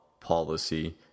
policy